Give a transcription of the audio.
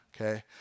okay